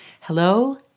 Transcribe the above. Hello